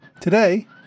Today